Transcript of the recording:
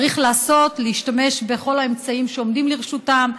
צריך לעשות, להשתמש בכל האמצעים שעומדים לרשותם.